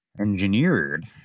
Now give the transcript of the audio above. engineered